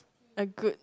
a good